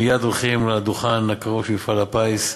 הם מייד הולכים לדוכן הקרוב של מפעל הפיס,